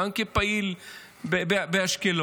גם כפעיל באשקלון.